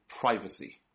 privacy